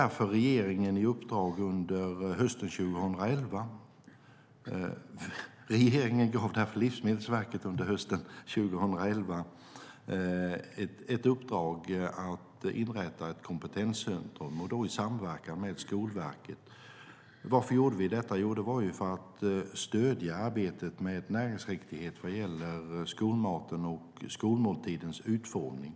Regeringen gav därför Livsmedelsverket hösten 2011 i uppdrag att inrätta ett kompetenscentrum i samverkan med Skolverket. Varför gjorde vi detta? Jo, det var för att stödja arbetet med näringsriktighet när det gäller skolmaten och skolmåltidens utformning.